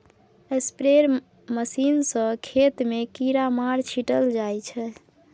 spray machine सँ खेत मे कीरामार छीटल जाइ छै